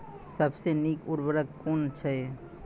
सबसे नीक उर्वरक कून अछि?